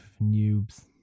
noobs